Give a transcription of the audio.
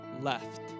left